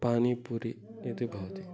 पानीपूरि इति भवति